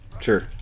sure